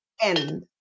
end